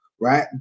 right